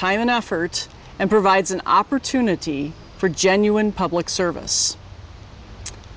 time and effort and provides an opportunity for genuine public service